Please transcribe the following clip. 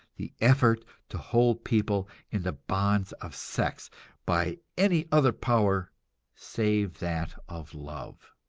the effort to hold people in the bonds of sex by any other power save that of love.